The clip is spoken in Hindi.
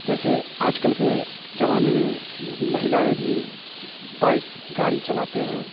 जैसे आज कल के ज़माने में महिलाएं भी बाइक गाड़ी चलाते हैं